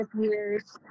years